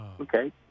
Okay